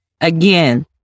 Again